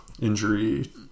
injury